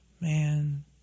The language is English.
man